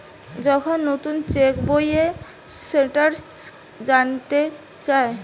যখন নুতন চেক বইয়ের স্টেটাস জানতে চায়